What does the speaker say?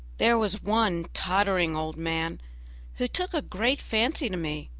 there was one tottering old man who took a great fancy to me,